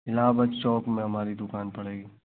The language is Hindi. इलाहाबाद शॉप में हमारी दुक़ान पड़ेगी